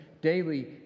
daily